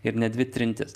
ir ne dvi trintis